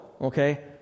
Okay